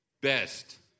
best